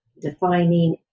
defining